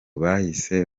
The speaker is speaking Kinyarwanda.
bahise